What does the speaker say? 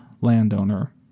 landowner